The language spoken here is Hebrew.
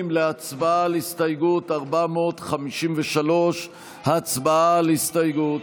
להצבעה על הסתייגות 453. הצבעה על הסתייגות.